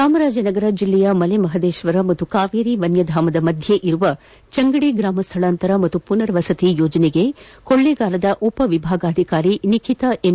ಚಾಮರಾಜನಗರ ಜಿಲ್ಲೆಯ ಮಲೆಮಹದೇಶ್ವರ ಹಾಗೂ ಕಾವೇರಿ ವನ್ಯಧಾಮದ ಮಧ್ಯೆ ಇರುವ ಚಂಗಡಿ ಗ್ರಾಮ ಸ್ಥಳಾಂತರ ಹಾಗೂ ಮನರ್ ವಸತಿ ಯೋಜನೆಗೆ ಕೊಳ್ಳಿಗಾಲದ ಉಪವಿಭಾಗಾಧಿಕಾರಿ ನಿಖಿತಾ ಎಂ